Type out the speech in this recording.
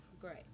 great